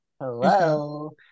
hello